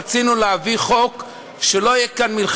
רצינו להביא חוק שלא תהיה כאן עליו